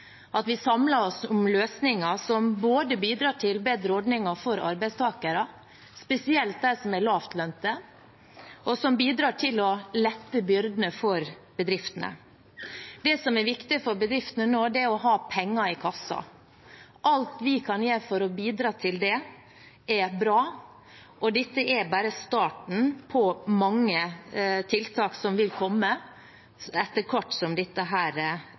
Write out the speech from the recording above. at vi samler oss om løsninger som både bidrar til bedre ordninger for arbeidstakere, spesielt dem som er lavtlønte, og bidrar til å lette byrdene for bedriftene. Det som er viktig for bedriftene nå, er å ha penger i kassa. Alt vi kan gjøre for å bidra til det, er bra, og dette er bare starten på mange tiltak som vil komme etter hvert som dette